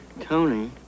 tony